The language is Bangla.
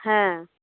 হ্যাঁ